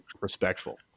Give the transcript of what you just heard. Respectful